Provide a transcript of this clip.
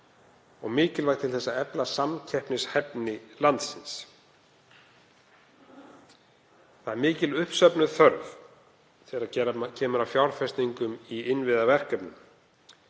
og mikilvægt til að efla samkeppnishæfni landsins. Mikil uppsöfnuð þörf er þegar kemur að fjárfestingum í innviðaverkefnum.